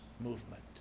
movement